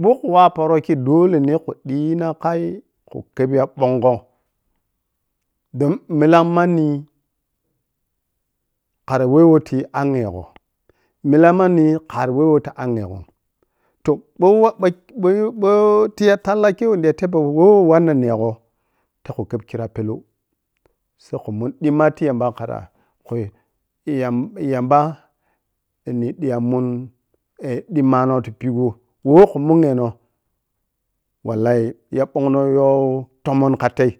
ɓou khu wah paro kei dole neh khu dii na khu khaii khu khabi ya ɓangho ton malla’m manni khara weh who tiyi ankyeghe milang manni khara weh woh ti anega gho toh boh woh ɓou-ɓou-ɓou tiga talla koi weh nidiya tebgho woh wannan negho sai khu. Kheb khira pellou sai khu mun dimma ti dimma noh tipigho weh khu munyenoh wallahi ya ɓongnoh yow tomon kha tei